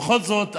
בכל זאת,